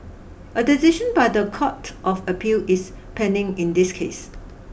a decision by the Court of Appeal is pending in this case